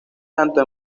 tanto